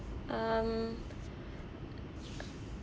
um